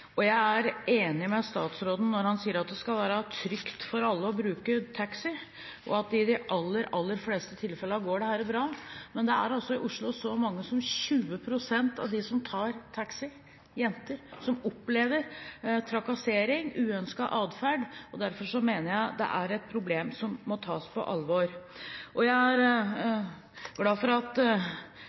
alle å bruke taxi, og at det i de aller, aller fleste tilfellene går bra. Men i Oslo er det så mye som 20 pst. av jenter som tar taxi, som opplever trakassering, uønsket atferd. Derfor mener jeg det er et problem som må tas på alvor. Jeg er glad for at